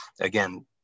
again